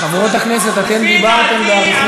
לפי דעתי,